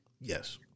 Yes